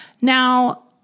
Now